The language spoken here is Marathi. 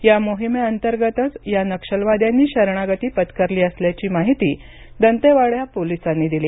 या मोहिमेअंतर्गतच या नक्षलवाद्यांनी शरणागती पत्करली असल्याची माहिती दंतेवाडा पोलिसांनी दिली